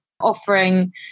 offering